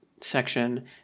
section